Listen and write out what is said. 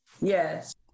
Yes